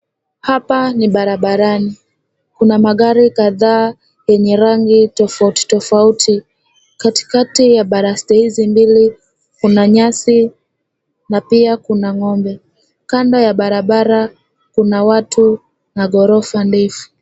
Hapa ni barabarani. Kuna magari kadhaa yenye rangi tofauti tofauti. Katikati ya baraste hizi mbili kuna nyasi na pia kuna ng'ombe. Kando ya barabara kuna watu na ghorofa ndefu.